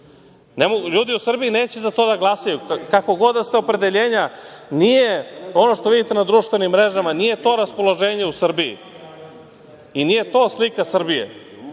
Ljudi u Srbiji neće za to da glasaju, kako god da ste opredeljenja nije ono što vidite na društvenim mrežama nije to raspoloženje u Srbiji i nije to slika Srbije. Vi